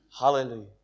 Hallelujah